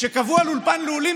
כשקבעו על אולפן לעולים,